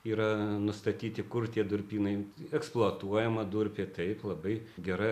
yra nustatyti kur tie durpynai eksploatuojama durpė taip labai gera